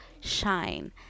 shine